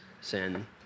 sin